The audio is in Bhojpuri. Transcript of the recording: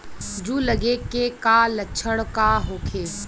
जूं लगे के का लक्षण का होखे?